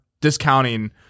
discounting